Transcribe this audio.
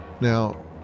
Now